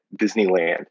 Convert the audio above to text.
Disneyland